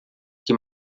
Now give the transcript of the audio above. que